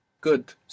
Good